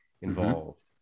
involved